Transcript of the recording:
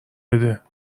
بده